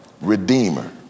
Redeemer